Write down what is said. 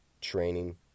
training